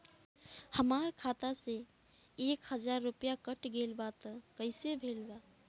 हमार खाता से एक हजार रुपया कट गेल बा त कइसे भेल बा?